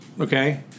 Okay